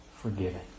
forgiven